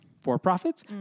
for-profits